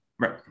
Right